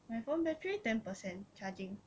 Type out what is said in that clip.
my phone battery ten percent charging